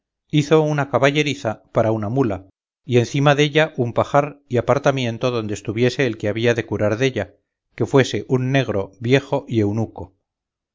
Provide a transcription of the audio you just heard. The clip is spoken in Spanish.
hizo una caballeriza para una mula y encima della un pajar y apartamiento donde estuviese el que había de curar della que fue un negro viejo y eunuco